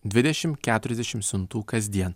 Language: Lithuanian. dvidešim keturiasdešim siuntų kasdien